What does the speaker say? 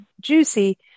juicy